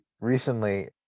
recently